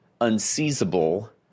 unseizable